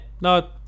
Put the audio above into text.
no